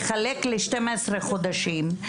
תחלק ל-12 חודשים,